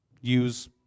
Use